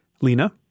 Lena